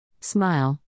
Smile